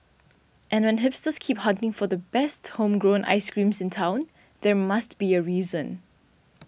and when hipsters keep hunting for the best homegrown ice creams in town there must be a reason